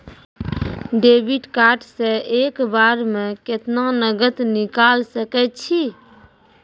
Debit card से एक बार मे केतना नगद निकाल सके छी?